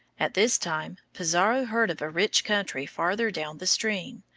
at this time pizarro heard of a rich country farther down the stream,